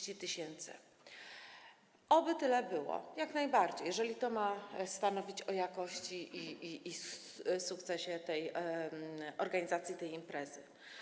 30–40 tys. Oby tyle było, jak najbardziej, jeżeli to ma stanowić o jakości i sukcesie organizacji tej imprezy.